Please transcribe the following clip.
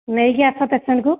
ନେଇକି ଆସ ପେସେଣ୍ଟ୍କୁ